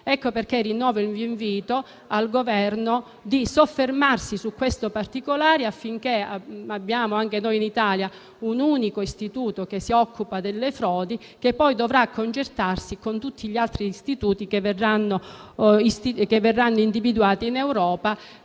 ragioni che rinnovo il mio invito al Governo a soffermarsi su questo particolare, affinché anche in Italia ci sia un unico istituto che si occupa delle frodi, che poi dovrà coordinarsi con tutti gli altri che verranno individuati in Europa,